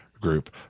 group